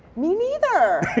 me neither!